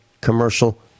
commercial